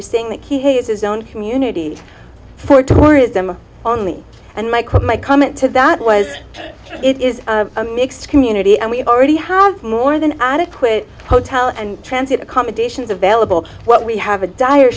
testifier saying that he hates his own community for tourism on me and my quote my comment to that was it is a mixed community and we already have more than adequate hotel and transit accommodations available what we have a dire